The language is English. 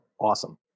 awesome